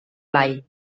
blai